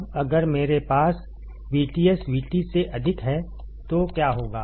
अब अगर मेरे पास VTS VT से अधिक है तो क्या होगा